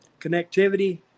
connectivity